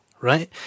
right